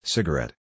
Cigarette